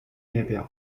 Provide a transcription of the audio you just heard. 列表